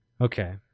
okay